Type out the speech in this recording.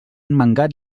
mangat